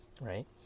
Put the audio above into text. right